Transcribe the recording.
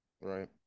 right